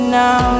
now